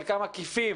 חלקם עקיפים,